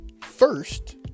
First